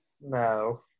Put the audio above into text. No